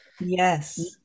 Yes